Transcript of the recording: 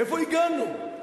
איפה הגענו?